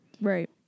Right